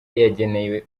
yageneye